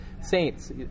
Saints